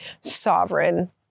sovereign